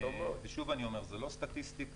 ושוב אני אומר: זה לא סטטיסטיקה,